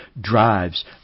drives